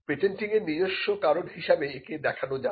patenting এর নিজস্ব কারণ হিসেবে একে দেখানো যাবে